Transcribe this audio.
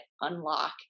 unlock